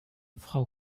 frau